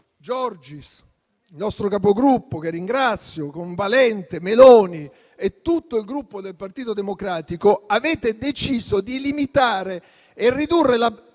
Giorgis (il nostro Capogruppo, che ringrazio), Valente, Meloni e tutto il Gruppo Partito Democratico, avete deciso di limitare e ridurre la